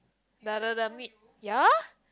the the the mid~ ya